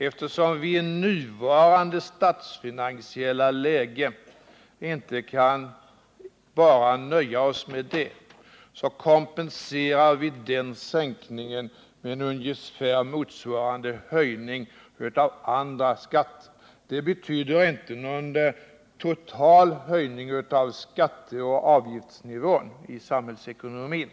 Eftersom vi i nuvarande statsfinansiella läge inte kan nöja oss med bara det, kompenserar vi den sänkningen med ungefär motsvarande höjning av andra skatter. Det betyder inte någon total höjning av skatteoch avgiftsnivån i samhällsekonomin.